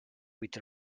with